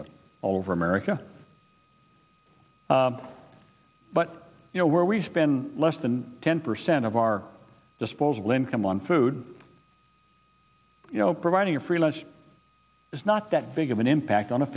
all over america but you know where we spend less than ten percent of our disposable income on food you know providing a free lunch is not that big of an impact on a